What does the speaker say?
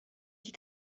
die